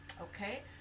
okay